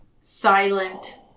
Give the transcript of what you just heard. silent